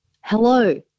hello